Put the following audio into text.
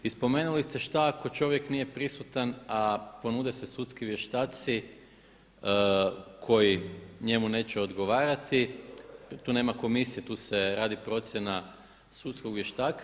I spomenuli ste šta ako čovjek nije prisutan a ponude se sudski vještaci koji njemu neće odgovarati, tu nema komisije, tu se radi procjena sudskog vještaka.